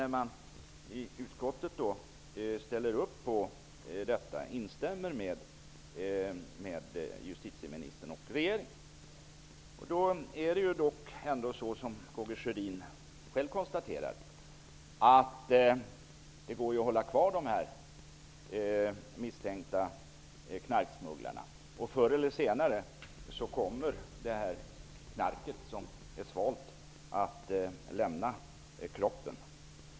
I utskottet instämmer man i vad justitieministern och regeringen har sagt. Som Karl Gustaf Sjödin själv konstaterar kan man hålla kvar de misstänkta knarksmugglarna. Förr eller senare kommer ju det knark som svalts att lämna kroppen.